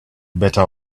better